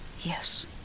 Yes